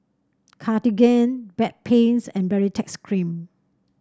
Cartigain Bedpans and Baritex Cream